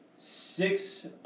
six